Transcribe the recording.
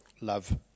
love